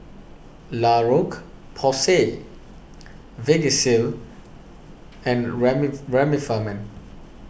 La Roche Porsay Vagisil and Remifemin